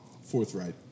forthright